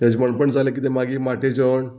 हेजे म्हणपण जालें कितें मागीर माटेचोण